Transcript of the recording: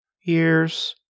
years